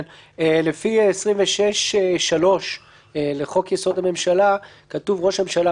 לפי 26(3) לחוק-יסוד: הממשלה כתוב שראש הממשלה,